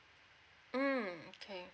mm okay